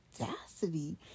audacity